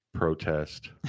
Protest